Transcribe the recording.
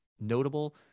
notable